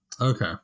Okay